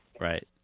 Right